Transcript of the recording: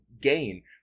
gain